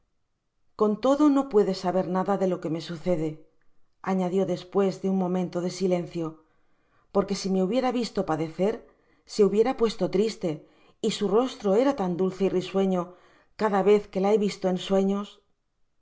con iodo no puede saber nada de lo que me sucede añadió despues de un momeiito de silencio porque si me hubiera visto padecersd hubiéra puesto triste y su rastro era tan dulce y risueño cada vez que la he visto en sueños